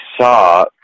saw